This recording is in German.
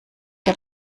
der